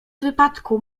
wypadku